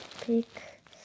pick